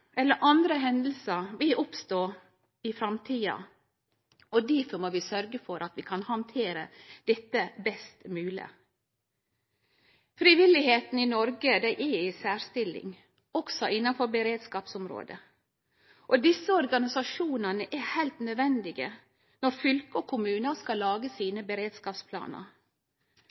eller andre hendingar vil oppstå i framtida, og difor må vi sørgje for at vi kan handtere dette best muleg. Frivilligheita i Noreg er i ei særstilling, også innanfor beredskapsområdet, og desse organisasjonane er heilt nødvendige når fylker og kommunar skal lage sine beredskapsplanar.